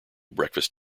breakfast